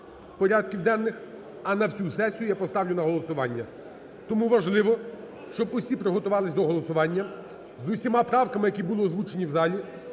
порядків денних, а на всю сесію я поставлю на голосування. Тому важливо, щоб усі приготувалися до голосування. З усіма правками, які були озвучені в залі.